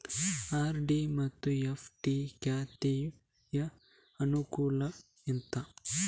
RD ಮತ್ತು FD ಖಾತೆಯ ಅನುಕೂಲಗಳು ಎಂತ?